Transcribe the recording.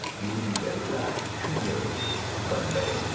you will be very glad to know bunbury.